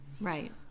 Right